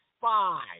five